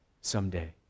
someday